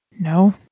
No